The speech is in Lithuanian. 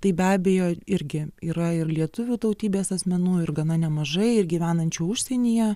tai be abejo irgi yra ir lietuvių tautybės asmenų ir gana nemažai ir gyvenančių užsienyje